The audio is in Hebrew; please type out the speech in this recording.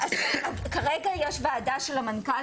כרגע יש ועדה של המנכ"ל.